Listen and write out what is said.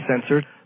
censored